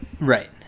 Right